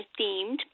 themed